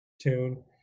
tune